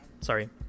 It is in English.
sorry